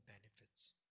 benefits